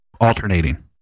alternating